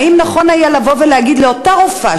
האם נכון היה לבוא ולהגיד לאותה רופאה,